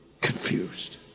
confused